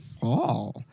fall